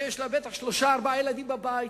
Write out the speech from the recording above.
ויש לה בטח שלושה או ארבעה ילדים בבית,